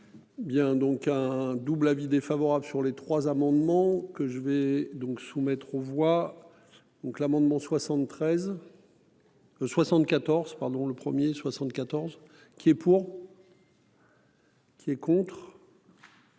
Bien, donc un double avis défavorable sur les trois amendements que je vais donc soumettre aux voix. Donc l'amendement 73. 74 pardon le 1er 74 qui est pour. Qui est contre.